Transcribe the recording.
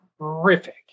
terrific